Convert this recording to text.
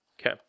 okay